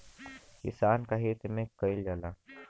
किसान क हित में कईल जाला